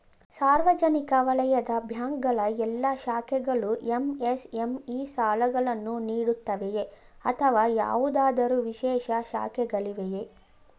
ಸಾರ್ವಜನಿಕ ವಲಯದ ಬ್ಯಾಂಕ್ ಗಳ ಎಲ್ಲಾ ಶಾಖೆಗಳು ಎಂ.ಎಸ್.ಎಂ.ಇ ಸಾಲಗಳನ್ನು ನೀಡುತ್ತವೆಯೇ ಅಥವಾ ಯಾವುದಾದರು ವಿಶೇಷ ಶಾಖೆಗಳಿವೆಯೇ?